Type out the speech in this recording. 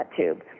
tube